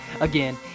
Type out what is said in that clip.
again